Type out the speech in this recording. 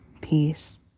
peace